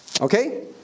Okay